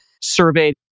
surveyed